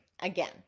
Again